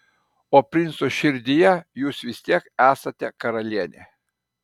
o princo širdyje jūs vis tiek esate karalienė